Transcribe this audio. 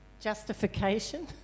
Justification